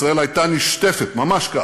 ישראל הייתה נשטפת, ממש כך,